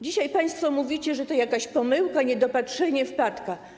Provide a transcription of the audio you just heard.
Dzisiaj państwo mówicie, że to jakaś pomyłka, niedopatrzenie, wpadka.